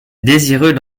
désireux